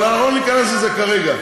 אבל אנחנו לא ניכנס לזה כרגע,